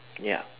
ya